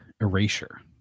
erasure